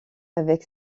avec